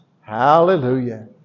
Hallelujah